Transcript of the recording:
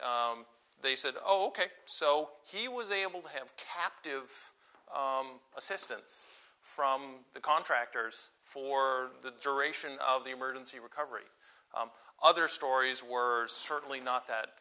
they said ok so he was able to have captive assistance from the contractors for the duration of the emergency recovery other stories were certainly not that